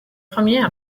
premiers